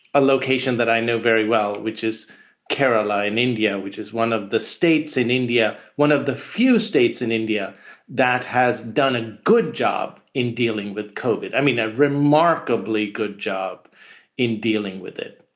a location that i know very well, which is kerala in india, which is one of the states in india. one of the few states in india that has done a good job in dealing with cauvin. i mean, a remarkably good job in dealing with it.